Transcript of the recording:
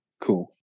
cool